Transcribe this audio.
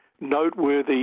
noteworthy